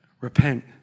repent